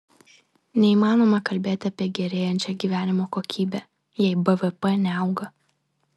neįmanoma kalbėti apie gerėjančią gyvenimo kokybę jei bvp neauga